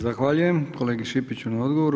Zahvaljujem kolegi Šipiću na odgovoru.